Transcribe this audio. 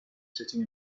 sitting